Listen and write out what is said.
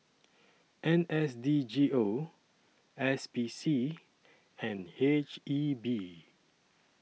N S D G O S P C and H E B